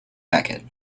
beckett